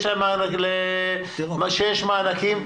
שיש מענקים,